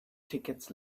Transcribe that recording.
tickets